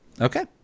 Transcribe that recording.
Okay